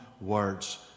words